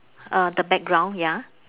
err the background ya